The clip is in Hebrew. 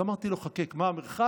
אמרתי לו: חכה, מה המרחק?